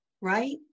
right